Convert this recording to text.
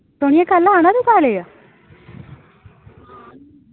सोनिया कल आना तूं कालेज